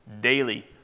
Daily